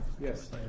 Yes